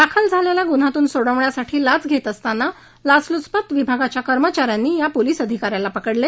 दाखल झालेल्या गुन्ह्यातून सोडवण्यासाठी लाच घेत असताना लाचलूचपत विभागाच्या कर्मचा यांनी या आधिका याला पकडले